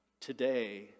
today